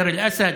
דיר אל-אסד